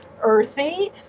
earthy